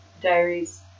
diaries